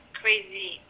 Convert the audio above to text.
crazy